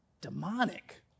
Demonic